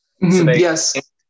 Yes